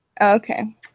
Okay